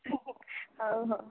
ହଉ ହଉ